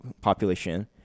population